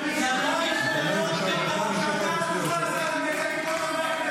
לא, נגמר הזמן כבר קודם.